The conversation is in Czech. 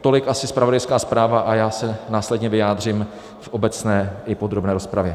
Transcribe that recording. Tolik asi zpravodajská zpráva a já se následně vyjádřím v obecné i podrobné rozpravě.